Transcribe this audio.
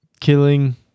killing